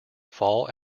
fall